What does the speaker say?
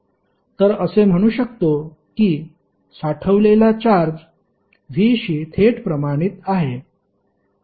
तर असे म्हणू शकतो की साठवलेला चार्ज V शी थेट प्रमाणित आहे